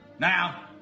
Now